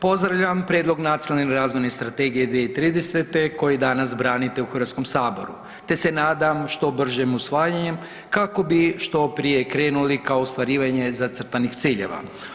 Pozdravljam prijedlog Nacionalne razvojne strategije 2030. koji danas branite u HS, te se nadam što bržem usvajanju kako bi što prije krenuli ka ostvarivanju zacrtanih ciljeva.